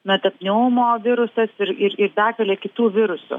metapneumovirusas ir ir ir begalė kitų virusų